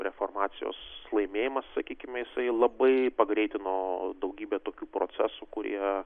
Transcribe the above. reformacijos laimėjimas sakykime jisai labai pagreitino daugybę tokių procesų kurie